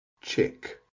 chick